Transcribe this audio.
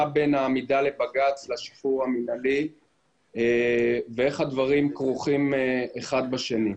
מה בין העמידה לבג"ץ לשחרור המינהלי ואיך הדברים כרוכים אחד בשני.